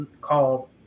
called